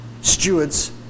stewards